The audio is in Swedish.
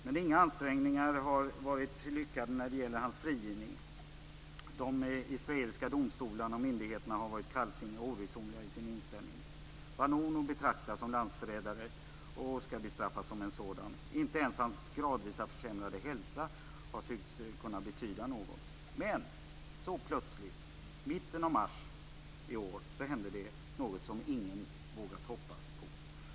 Men inga ansträngningar har varit lyckade när det gäller hans frigivning. De israeliska domstolarna och myndigheterna har varit kallsinniga och oresonliga i sin inställning. Vanunu betraktas som landsförrädare och skall bestraffas som en sådan. Inte ens hans gradvis försämrade hälsa tycks ha betytt något. Men plötsligt i mitten av mars i år hände det något som ingen vågat hoppas på.